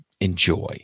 enjoy